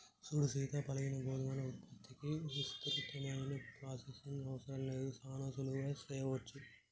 సూడు సీత పగిలిన గోధుమల ఉత్పత్తికి విస్తృతమైన ప్రొసెసింగ్ అవసరం లేదు సానా సులువుగా సెయ్యవచ్చు